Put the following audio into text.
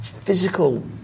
physical